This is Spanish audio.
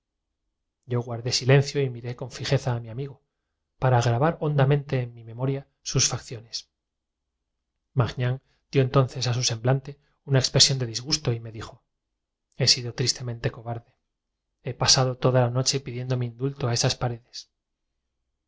yo guardé silencio y miré con fijeza a mi amigo para grabar hondamente en mi memoria sus facciones magnán dió entonces a su semblante una ex presión de disgusto y me dijo he sido tristemente pasado toda la noche cobarde he pidiendo mi indulto a esas paredes